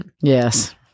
Yes